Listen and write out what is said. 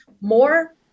more